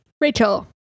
rachel